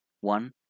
one